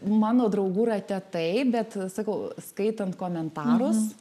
mano draugų rate taip bet sakau skaitant komentarus